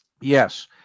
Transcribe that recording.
Yes